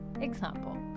Example